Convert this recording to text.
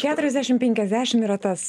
keturiasdešim penkiasdešim yra tas